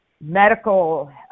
medical